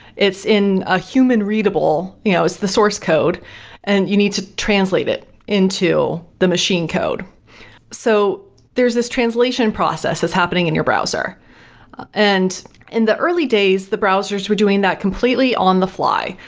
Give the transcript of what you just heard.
it's in a human readable, you know, it's the source code and you need to translate it into the machine code so there's this translation process that's happening in your browser and in the early days, the browsers were doing that completely on the fly.